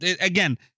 again